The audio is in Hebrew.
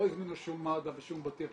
לא הזמינו שום מד"א ושום בטיח,